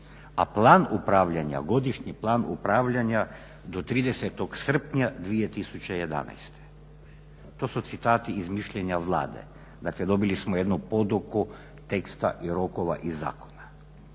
lipnja 2011., a Godišnji plan upravljanja do 30. srpnja 2011. To su citati iz mišljenja Vlade. Dakle, dobili smo jednu poduku teksta i roka i zakona.